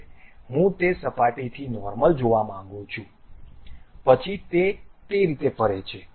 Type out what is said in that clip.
હવે હું તે સપાટી થી નોર્મલ જોવા માંગુ છું પછી તે તે રીતે ફરે છે